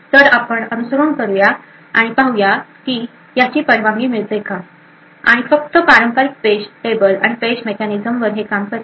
तर आपण अनुसरण करूया आणि पाहूयातकी याची परवानगी मिळायला हवी आणि फक्त पारंपरिक पेज टेबल आणि पेज मेकॅनिझम हे काम करतील